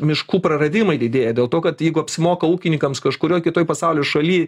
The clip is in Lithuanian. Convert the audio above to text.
miškų praradimai didėja dėl to kad jeigu apsimoka ūkininkams kažkurioj kitoj pasaulio šaly